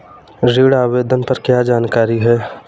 ऋण आवेदन पर क्या जानकारी है?